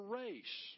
race